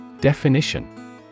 Definition